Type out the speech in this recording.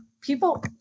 people